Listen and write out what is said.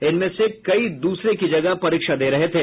इनमें से कई दूसरे की जगह परीक्षा दे रहे थे